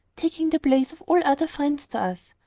taking the place of all other friends to us.